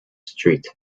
street